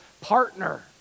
partner